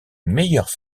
meilleures